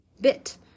bit